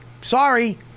Sorry